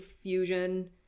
Fusion